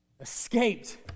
escaped